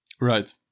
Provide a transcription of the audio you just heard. Right